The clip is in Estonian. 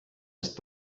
sest